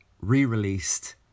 re-released